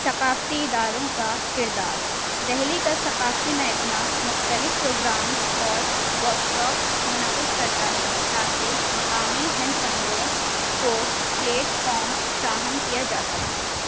ثقافتی اداروں کا کردار دلی کا ثقافتی مہکمہ مختلف پروگرامس اور ورکشاپس منعقد کرتا ہے تاکہ مقامی ہند بندوں کو پلیٹ فام فراہم کیا جا سکے